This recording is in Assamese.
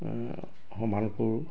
সমান কৰোঁ